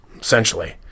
essentially